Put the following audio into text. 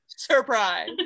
Surprise